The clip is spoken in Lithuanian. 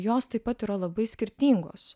jos taip pat yra labai skirtingos